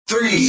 Three